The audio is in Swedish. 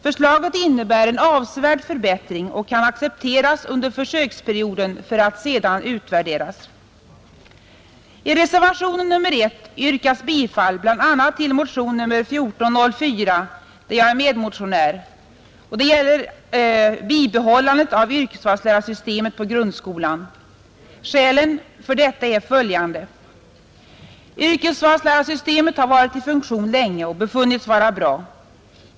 Förslaget innebär en avsevärd förbättring och kan accepteras under försöksperioden för att sedan utvärderas. I reservationen 1 yrkas bifall bl.a. till motionen 1404, där jag är medmotionär, i fråga om bibehållande av yrkesvalslärarsystemet i grundskolan. Skälen för detta är följande. Yrkesvalslärarsystemet har varit i funktion länge och befunnits vara bra.